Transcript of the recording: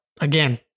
Again